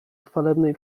chwalebnej